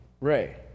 Ray